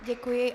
Děkuji.